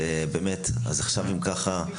אם כך,